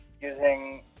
using